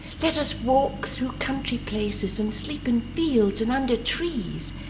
let us walk through country places, and sleep in fields and under trees,